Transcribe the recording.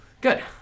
Good